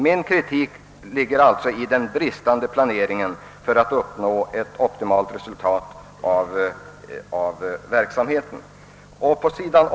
Min kritik riktar sig alltså mot den bristande planeringen. Om vi skall uppnå ett optimalt resultat av verksamheten krävs en förbättrad planering.